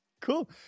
cool